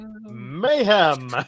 Mayhem